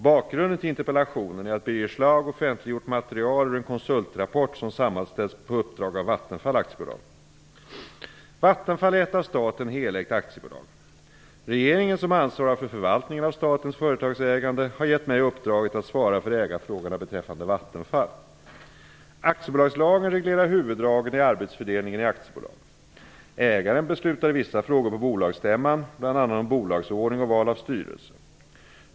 Bakgrunden till interpellationen är att Birger Schlaug offentliggjort material ur en konsultrapport som sammanställts på uppdrag av Vattenfall AB. Vattenfall är ett av staten helägt aktiebolag. Regeringen, som ansvarar för förvaltningen av statens företagsägande, har gett mig uppdraget att svara för ägarfrågorna beträffande Vattenfall. Aktiebolagslagen reglerar huvuddragen i arbetsfördelningen i aktiebolag. Ägaren beslutar i vissa frågor på bolagsstämman, bl.a. om bolagsordning och val av styrelse.